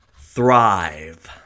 thrive